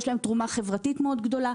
יש להם תרומה חברתית מאוד גדולה.